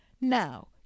now—